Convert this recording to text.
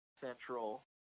Central